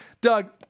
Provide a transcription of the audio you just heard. Doug